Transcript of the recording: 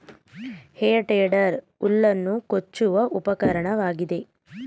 ಹೇ tedder ಹುಲ್ಲನ್ನು ಕೊಚ್ಚುವ ಉಪಕರಣವಾಗಿದೆ